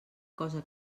cosa